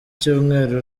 cyumweru